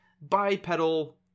bipedal